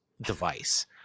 device